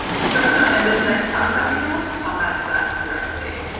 so and this next talk that we have combats that directly.